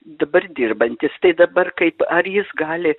dabar dirbantis tai dabar kaip ar jis gali